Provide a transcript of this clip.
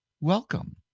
welcome